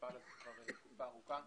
המפעל הזה תקופה ארוכה.